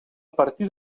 partir